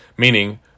Meaning